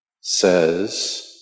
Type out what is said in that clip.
says